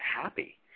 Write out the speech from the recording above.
happy